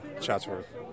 Chatsworth